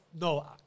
No